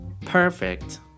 perfect